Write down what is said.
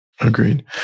Agreed